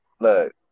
Look